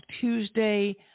Tuesday